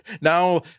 now